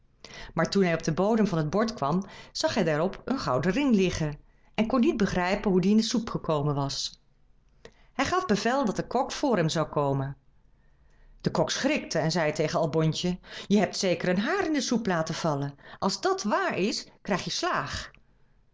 maar toen hij op den bodem van het bord kwam zag hij daarop een gouden ring liggen en kon niet begrijpen hoe die in de soep gekomen was hij gaf bevel dat de kok vr hem zou komen de kok schrikte en zei tegen albontje je hebt zeker een haar in de soep laten vallen als dàt waar is krijg je slaag